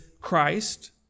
Christ